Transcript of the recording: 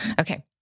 okay